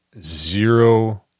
zero